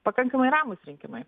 pakankamai ramūs rinkimai